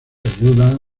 ayudan